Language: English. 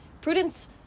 Prudence